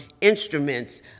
instruments